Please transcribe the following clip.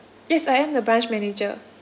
yes I am the branch manager